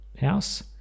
house